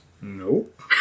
Nope